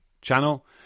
channel